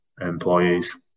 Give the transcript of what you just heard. employees